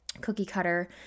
cookie-cutter